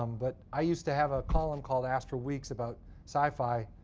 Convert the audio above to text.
um but i used to have a column called astral weeks about sci-fi.